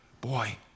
boy